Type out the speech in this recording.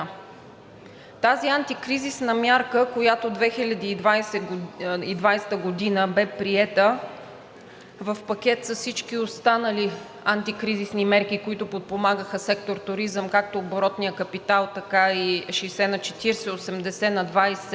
Тази антикризисна мярка, която 2020 г. бе приета в пакет с всички останали антикризисни мерки, които подпомагаха сектор „Туризъм“ – както оборотният капитал, така и 60:40 и 80:20,